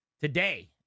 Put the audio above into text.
Today